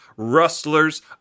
Rustlers